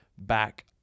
back